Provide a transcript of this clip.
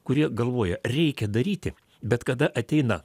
kurie galvoja reikia daryti bet kada ateina